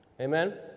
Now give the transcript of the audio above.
amen